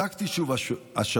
בדקתי שוב השבוע,